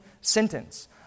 sentence